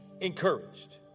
encouraged